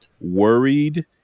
worried